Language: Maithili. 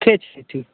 ठीक छै ठीक छै